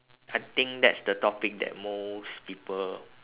I think that's the topic that most people